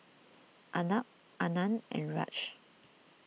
Arnab Anand and Raj